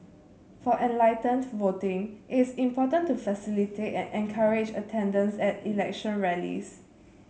for enlightened voting it is important to facilitate and encourage attendance at election rallies